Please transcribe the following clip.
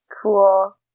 cool